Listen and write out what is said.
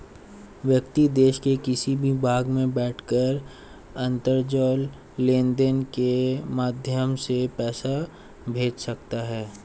व्यक्ति देश के किसी भी भाग में बैठकर अंतरजाल लेनदेन के माध्यम से पैसा भेज सकता है